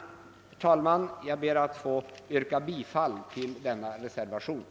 Herr talman! Jag yrkar bifall till reservationen.